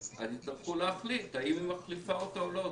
אז יצטרכו להחליט האם היא מחליפה אותה או לא.